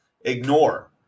ignore